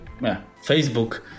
Facebook